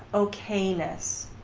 okayness,